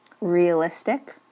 realistic